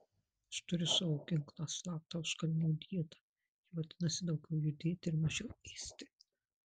aš turiu savo ginklą slaptą užkalnio dietą ji vadinasi daugiau judėti ir mažiau ėsti